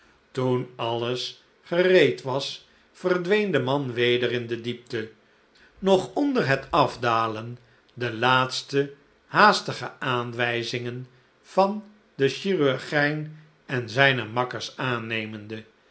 toen alles gereed was verdween de man weder in de diepte nog onder het afdalen de laatste haastige aanwijzingen van den chirur gljn en zijne makkers aannemende